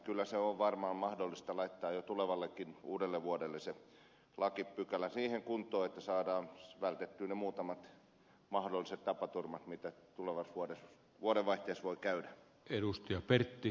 kyllä on varmaan mahdollista laittaa jo tulevallekin uudellevuodelle se lakipykälä siihen kuntoon että saadaan vältettyä ne muutamat mahdolliset tapaturmat mitä tulevassa vuodenvaihteessa voi tulla